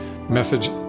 message